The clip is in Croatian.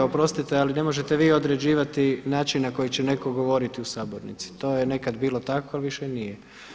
Oprostite, ali ne možete vi određivati način na koji će netko govoriti u Sabornici, to je nekad bilo tako ali više nije.